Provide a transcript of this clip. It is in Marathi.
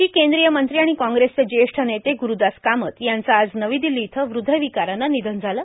माजी केंद्रीय मंत्री आणि कॉंग्रेसचे ज्येष्ठ नेते ग्ररूदास कामत यांचं आज नवी दिल्ली इथं हृदयविकारानं निधन झालं